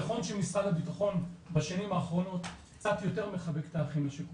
נכון שמשרד הבטחון בשנים האחרונות קצת יותר מחבק את האחים השכולים,